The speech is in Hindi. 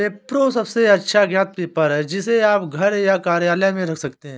रेप्रो सबसे अच्छा ज्ञात पेपर है, जिसे आप घर या कार्यालय में रख सकते हैं